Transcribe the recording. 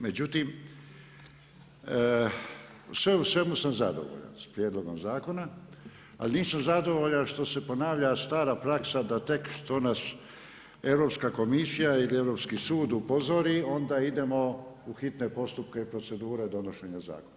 Međutim sve u svemu sam zadovoljan sa prijedlogom zakona, ali nisam zadovoljan što se ponavlja stara praksa da tek što nas Europska komisija ili Europski sud upozori onda idemo u hitne postupke i procedure donošenja zakona.